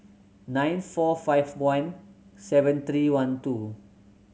nine four five one seven three one two